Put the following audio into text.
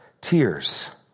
tears